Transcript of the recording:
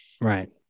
Right